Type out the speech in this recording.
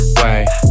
wait